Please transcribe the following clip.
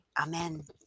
amen